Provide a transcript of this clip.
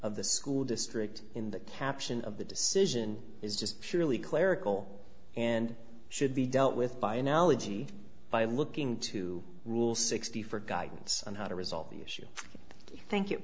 of the school district in the caption of the decision is just surely clerical and should be dealt with by analogy by looking to rule sixty for guidance on how to resolve the issue thank you